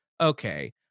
okay